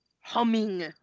humming